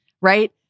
right